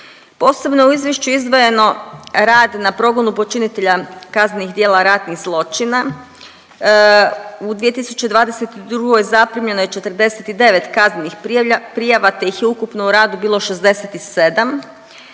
Posebno u izvješću je izdvojeno rad na progonu počinitelja kaznenih djela ratnih zločina. U 2022. zaprimljeno je 49 kaznenih prijava, te ih je ukupno u radu bilo 67.